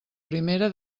primera